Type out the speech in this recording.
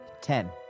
Ten